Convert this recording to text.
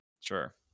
Sure